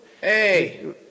Hey